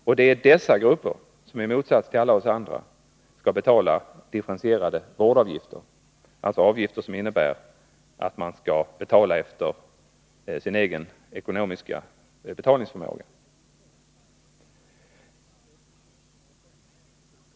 Och det är dessa grupper som, i motsats till alla oss andra, skall betala differentierade vårdavgifter — avgifter som innebär att man skall betala efter sin personliga betalningsförmåga.